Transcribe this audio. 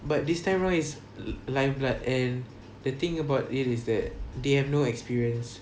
but this time round is live blood and the thing about it is that they have no experience